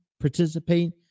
participate